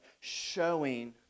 showing